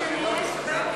תמיד אומרים: שבדיה,